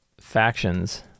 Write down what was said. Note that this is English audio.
Factions